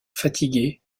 fatigué